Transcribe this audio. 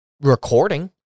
recording